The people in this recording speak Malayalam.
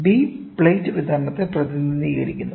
B പ്ലേറ്റ് വിതരണത്തെ പ്രതിനിധീകരിക്കുന്നു